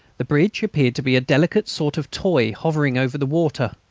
the bridge appeared to be a delicate sort of toy hovering over the water.